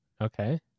Okay